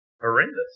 Horrendous